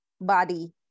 body